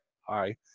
hi